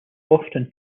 often